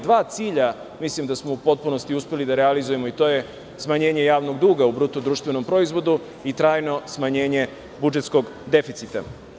Dva cilja mislim da smo u potpunosti uspeli da realizujemo i to je smanjenje javnog duga u bruto društvenom proizvodu i trajno smanjenje budžetskog deficita.